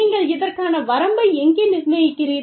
நீங்கள் இதற்கான வரம்பை எங்கே நிர்ணயிக்கிறீர்கள்